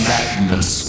Madness